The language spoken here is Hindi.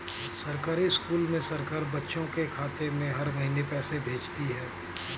सरकारी स्कूल में सरकार बच्चों के खाते में हर महीने पैसे भेजती है